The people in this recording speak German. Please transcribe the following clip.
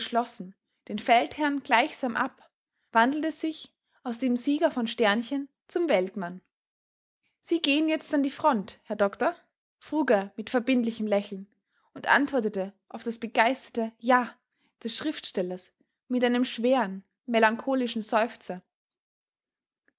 den feldherrn gleichsam ab wandelte sich aus dem sieger von zum weltmann sie gehen jetzt an die front herr doktor frug er mit verbindlichem lächeln und antwortete auf das begeisterte ja des schriftstellers mit einem schweren melancholischen seufzer